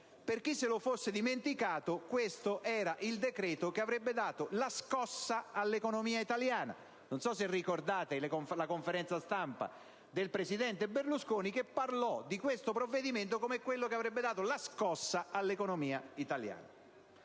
Per chi lo avesse dimenticato, questo era il decreto che avrebbe dato la scossa all'economia italiana; non so se ricordate la conferenza stampa in cui il presidente Berlusconi parlò di questo provvedimento come quello che avrebbe dato la scossa all'economia italiana.